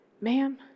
Ma'am